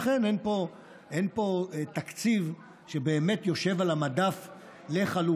לכן אין פה תקציב שבאמת יושב על המדף לחלוקה.